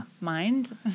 mind